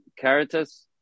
Caritas